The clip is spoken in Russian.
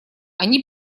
они